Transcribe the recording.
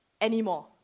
anymore